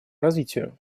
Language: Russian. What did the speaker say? развитию